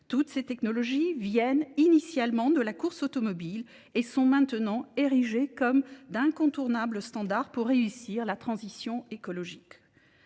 toutes ces technologies viennent initialement de la course automobile et sont maintenant érigées comme d'incontournables standards pour réussir la transition écologique.